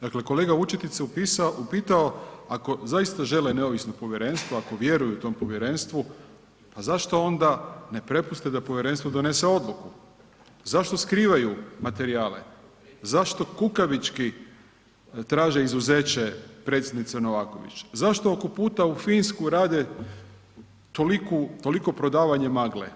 Dakle, kolega Vučetić se upitao, ako zaista žele neovisno povjerenstvo, ako vjeruju tom povjerenstvu pa zašto onda ne prepuste da povjerenstvo ne donese odluku, zašto skrivaju materijale, zašto kukavički traže izuzeće predsjednice Novaković, zašto oko puta u Finsku rade toliku, toliko prodavanje magle?